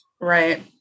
Right